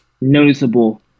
noticeable